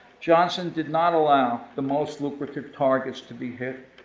johnson did not allow the most lucrative targets to be hit,